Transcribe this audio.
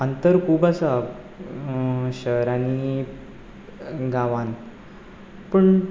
आंतर खूब आसा शहर आनी गांवांत पूण